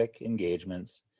engagements